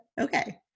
Okay